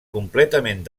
completament